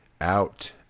out